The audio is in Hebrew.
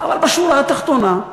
אבל בשורה התחתונה,